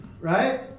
right